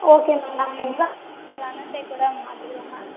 okay ma'am நாங்கள் exam Wednesday கூட மாற்றிக்குறோம் மேம்